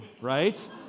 Right